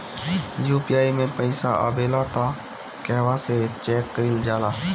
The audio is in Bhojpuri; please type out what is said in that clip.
यू.पी.आई मे पइसा आबेला त कहवा से चेक कईल जाला?